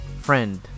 friend